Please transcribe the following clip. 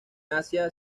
asia